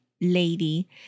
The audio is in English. lady